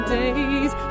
days